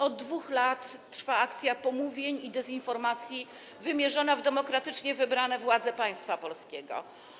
Od 2 lat trwa akcja pomówień i dezinformacji wymierzona w demokratycznie wybrane władze państwa polskiego.